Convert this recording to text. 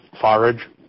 forage